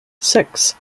six